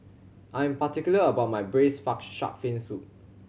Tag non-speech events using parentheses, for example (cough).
I am particular about my braised (unintelligible) shark fin soup